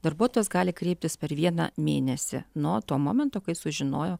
darbuotojas gali kreiptis per vieną mėnesį nuo to momento kai sužinojo